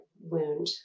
wound